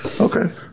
okay